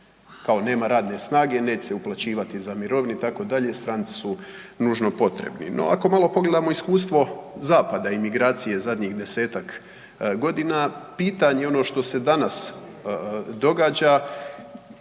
kao nema radne snage, neće se uplaćivati za mirovine itd., stranci su nužno potrebni. No ako malo pogledamo iskustvo zapada i migracije zadnjih desetak godina pitanje ono što se danas događa